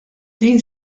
din